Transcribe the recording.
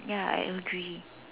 ya I agree